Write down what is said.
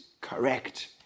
correct